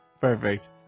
Perfect